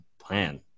plan